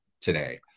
today